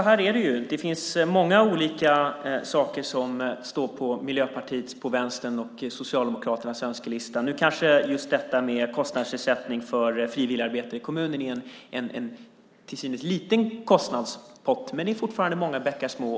Herr talman! Det finns många olika saker som står på Miljöpartiets, Vänsterns och Socialdemokraternas önskelista. Nu kanske just detta med kostnadsersättning för frivilligarbete i kommunen är en till synes liten kostnadspott. Men det handlar fortfarande om många bäckar små.